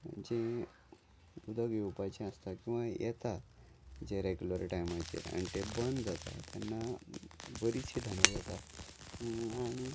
जें उदक येवपाचें आसता किंवा येता जे रेगुलर टायमाचेर आनी ते बंद जाता तेन्ना बरीशीं धांदळ जाता आणनी